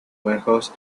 warehouse